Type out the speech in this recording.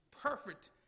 perfect